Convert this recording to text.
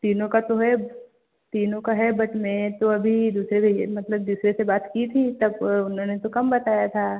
तीनों का तो है तीनों का है बट मैं तो अभी दूसरे मतलब दूसरे से बात की थी तब उन्होंने तो कम बताया था